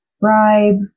bribe